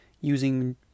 using